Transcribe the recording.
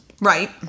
Right